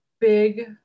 big